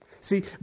See